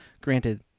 Granted